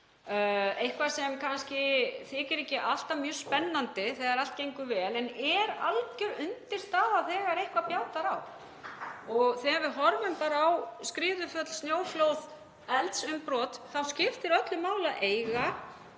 eitthvað sem kannski þykir ekki alltaf mjög spennandi þegar allt gengur vel en er algjör undirstaða þegar eitthvað bjátar á. Þegar við horfum á skriðuföll, snjóflóð, eldsumbrot, þá skiptir öllu máli að eiga